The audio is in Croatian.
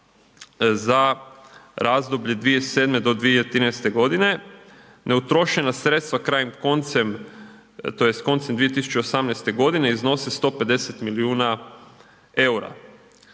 za razdoblje 2007. do 2013. godine. Neutrošena sredstva krajem, koncem tj. koncem 2018. godine iznose 150 milijuna eura.